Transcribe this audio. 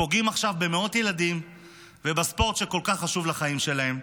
פוגעים עכשיו במאות ילדים ובספורט שכל כך חשוב לחיים שלהם.